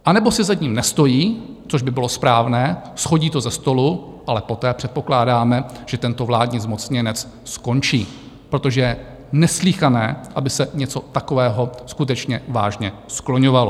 Anebo si za ním nestojí, což by bylo správné, shodí to ze stolu, ale poté předpokládáme, že tento vládní zmocněnec skončí, protože je neslýchané, aby se něco takového skutečně vážně skloňovalo.